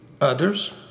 Others